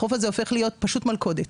החוף הזה הופך להיות פשוט מלכודת.